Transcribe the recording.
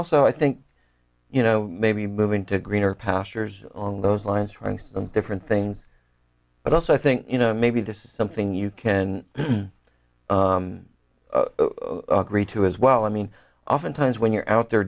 also i think you know maybe moving to greener pastures on those lines runs them different things but also i think you know maybe this is something you can agree to as well i mean oftentimes when you're out there